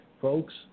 folks